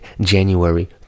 january